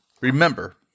remember